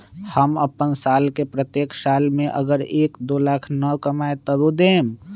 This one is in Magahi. हम अपन साल के प्रत्येक साल मे अगर एक, दो लाख न कमाये तवु देम?